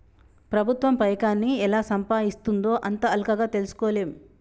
ప్రభుత్వం పైకాన్ని ఎలా సంపాయిస్తుందో అంత అల్కగ తెల్సుకోలేం